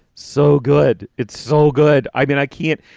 so good. it's so good. i mean, i can't.